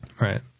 Right